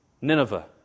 Nineveh